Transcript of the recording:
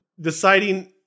Deciding